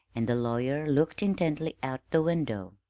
and the lawyer looked intently out the window.